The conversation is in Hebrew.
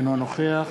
אינו נוכח